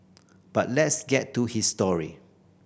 but let's get to his story